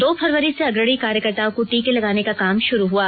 दो फरवरी से अग्रणी कार्यकर्ताओं को टीके लगाने का काम शुरू हुआ